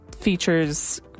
features